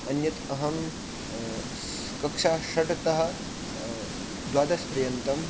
अन्यत् अहं स् कक्षाषड्तः द्वादशपर्यन्तम्